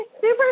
super